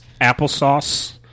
applesauce